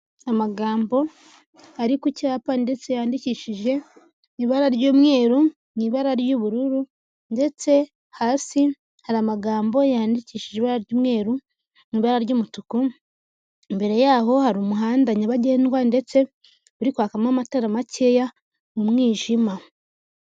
Amagambo ari ku cyapa ndetse yandikishije ibara ry'umweru, mu ibara ry'ubururu ndetse hasi hari amagambo yandikishije ibara ry'umweru, mu ibara ry'umutuku, imbere yaho hari umuhanda nyabagendwa ndetse uri kwakamo amatara makeya mu mwijima.